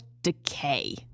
decay